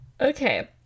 Okay